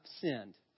sinned